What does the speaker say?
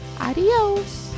Adios